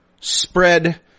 spread